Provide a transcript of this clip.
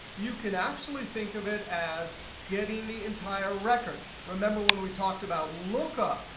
you can actually think of it as getting the entire record. remember when we talked about lookup,